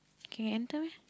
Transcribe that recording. can enter meh